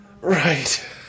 Right